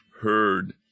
heard